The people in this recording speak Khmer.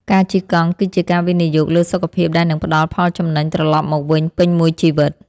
ការជិះកង់ គឺជាការវិនិយោគលើសុខភាពដែលនឹងផ្ដល់ផលចំណេញត្រលប់មកវិញពេញមួយជីវិត។